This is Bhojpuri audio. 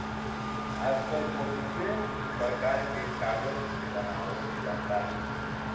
आजकल बहुते परकार के कागज बनावल जाता